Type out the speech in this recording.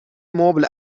مبل